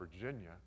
Virginia